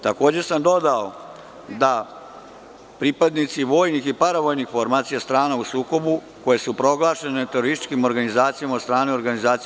Takođe sam dodao da pripadnici vojnih i paravojnih formacija strana u sukobu koje su proglašene terorističkim organizacijama od strane UN.